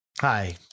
Hi